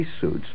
suits